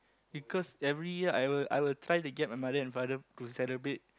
because every year I will I will try to get my mother and father to celebrate